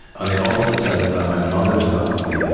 on the opposite side of them, my mother's family,